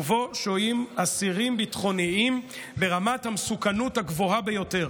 ובו שוהים אסירים ביטחוניים ברמת המסוכנות הגבוה ביותר.